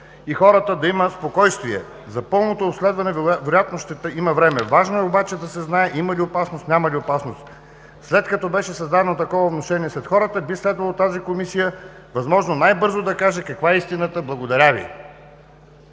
и хората да имат спокойствие. За пълното обследване, вероятно ще има време. Важно е обаче да се знае има ли опасност, няма ли опасност. След като беше създадено такова внушение сред хората, би следвало тази Комисия възможно най-бързо да каже каква е истината. Благодаря Ви“.